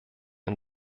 ein